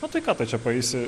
o tai ką tu čia paeisi